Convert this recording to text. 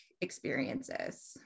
experiences